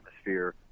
atmosphere